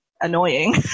annoying